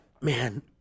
man